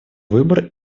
выбор